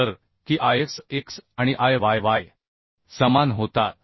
तर की I x x आणि I y y समान होतात